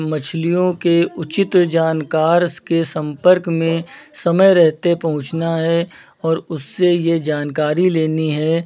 मछलियों के उचित जानकार के सम्पर्क में समय रहते पहुँचना है और उससे ये जानकारी लेनी है